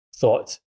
thought